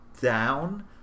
down